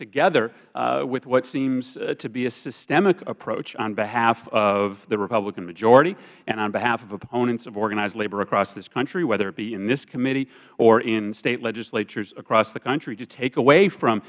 together with what seems to be a systemic approach on behalf of the republican majority and on behalf of proponents of organized labor across this country whether it be in this committee or in state legislatures across the country to take away from